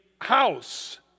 house